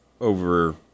over